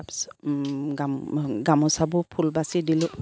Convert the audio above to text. তাৰপিছত গামো গামোচাবোৰ ফুল বাচি দিলোঁ